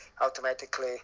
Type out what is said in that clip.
automatically